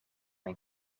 een